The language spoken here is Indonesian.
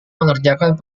mengerjakan